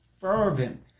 fervent